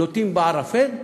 לוטים בערפל?